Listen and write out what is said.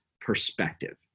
perspective